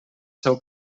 seu